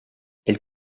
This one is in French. elle